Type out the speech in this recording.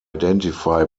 identify